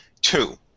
Two